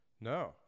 No